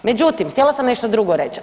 Međutim, htjela sam nešto drugo reć.